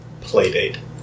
Playdate